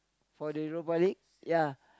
for the robotic ya